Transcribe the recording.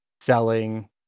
selling